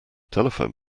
telephone